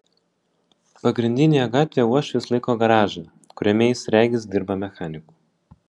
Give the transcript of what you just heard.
pagrindinėje gatvėje uošvis laiko garažą kuriame jis regis dirba mechaniku